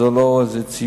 זה לא ציוד